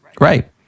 Right